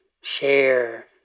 share